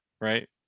right